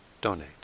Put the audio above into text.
donate